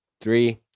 Three